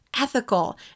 ethical